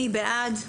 מי בעד?